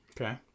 Okay